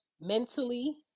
mentally